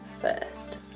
first